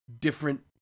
different